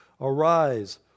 Arise